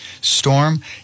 storm